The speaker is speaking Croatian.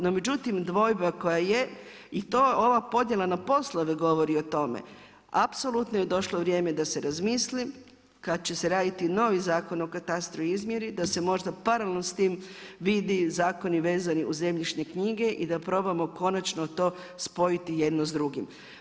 No međutim, dvojba koja je, i to ova podjela na poslove govori o tome, apsolutno je došlo vrijeme da se razmisli kad će se raditi novi Zakon o katastru i izmjeri, da se možda paralelno s tim vidi zakoni vezani uz zemljišne knjige i da probamo konačno to spojiti jedno s drugim.